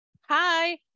Hi